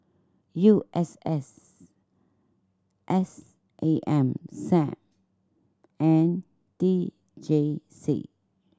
U S S S A M Sam and T J C